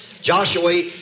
Joshua